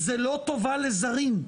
זו לא טובה לזרים,